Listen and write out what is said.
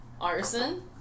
arson